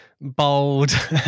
bold